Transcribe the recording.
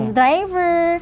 driver